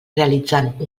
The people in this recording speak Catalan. realitzant